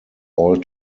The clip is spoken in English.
all